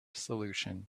solution